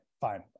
fine